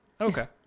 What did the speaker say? Okay